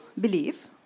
believe